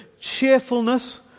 cheerfulness